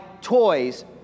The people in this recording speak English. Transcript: toys